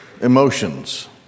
emotions